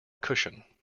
cushion